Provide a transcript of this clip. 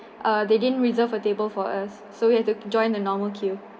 uh they didn't reserve a table for us so we have to join the normal queue